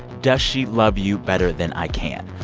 does she love you better than i can?